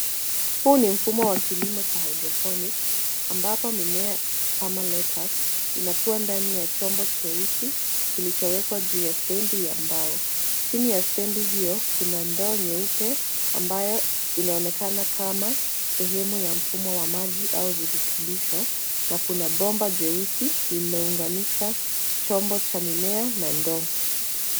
Huu ni mfumo wa kilimo cha hydroponic , ambapo mimea kama lettuce, inakua ndani ya chombo cheusi kilichowekwa juu ya stendi ya mbao. Chini ya stendi hiyo, kuna ndoo nyeupe ambayo inaonekana kama sehemu ya mfumo wa maji au virutubisho, na kuna bomba jeusi lilounganisha chombo cha mimea na ndoo.